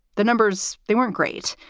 the numbers, they weren't great,